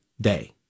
day